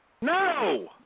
No